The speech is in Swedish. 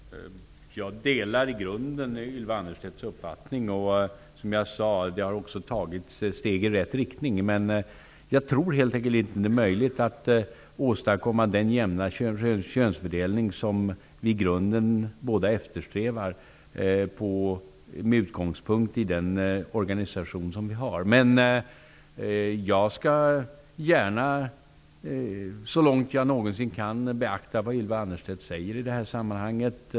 Herr talman! Jag delar i grunden Ylva Annerstedts uppfattning. Som jag sade har det också tagits steg i rätt riktning. Med utgångspunkt i den organisation som vi har tror jag helt enkelt inte att det är möjligt att åstadkomma den jämna könsfördelning som vi båda i grunden eftersträvar. Men jag skall gärna, så långt jag någonsin kan, beakta vad Ylva Annerstedt säger i det här sammanhanget.